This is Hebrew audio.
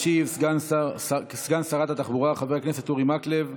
ישיב סגן שרת התחבורה חבר הכנסת אורי מקלב.